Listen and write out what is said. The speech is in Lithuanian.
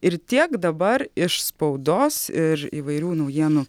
ir tiek dabar iš spaudos ir įvairių naujienų